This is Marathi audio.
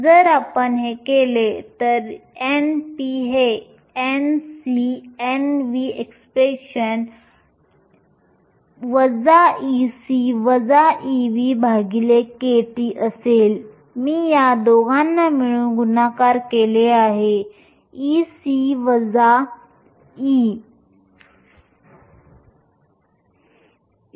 जर आपण तसे केले तर n p हे Nc Nvexp⁡kT असेल मी या दोघांना मिळून गुणाकार केले आहे Ec Ev